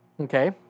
Okay